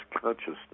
consciousness